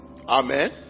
amen